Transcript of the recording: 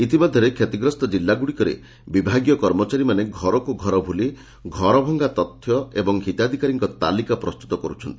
ଇତିମଧ୍ଧରେ କ୍ଷତିଗ୍ରସ୍ତ କିଲ୍ଲାଗୁଡ଼ିକରେ ବିଭାଗୀୟ କର୍ମଚାରୀମାନେ ଘରକୁ ଘର ବୁଲି ଘରଭଙ୍ଗା ତଥ୍ୟ ଏବଂ ହିତାଧିକାରୀଙ୍କ ତାଲିକା ପ୍ରସ୍ତୁତ କରୁଛନ୍ତି